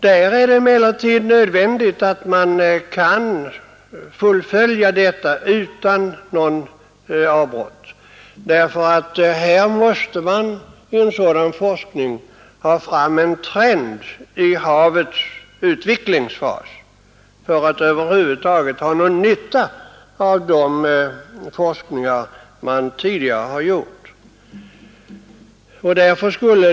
Där är det nödvändigt att fullfölja forskningen utan avbrott, ty man måste ha fram en trend i havets utvecklingsfas för att över huvud taget ha någon nytta av de forskningsresultat man tidigare vunnit.